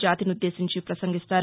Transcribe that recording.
జాతినుద్దేశించి పసంగిస్తారు